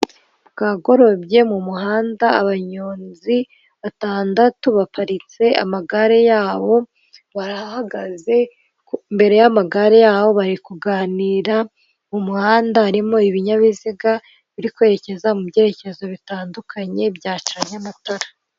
Bwagorobye mu muhanda abanyonzi batandatu baparitse amagare yabo barahagaze imbere y'amagare yabo, bari kuganira mu muhanda harimo ibinyabiziga birikwerekeza mu byerekezo bitandukanye byacanye amatara.